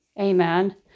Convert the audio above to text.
amen